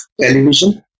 television